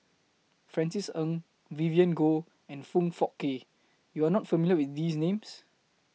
Francis Ng Vivien Goh and Foong Fook Kay YOU Are not familiar with These Names